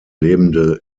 lebende